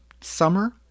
summer